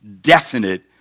definite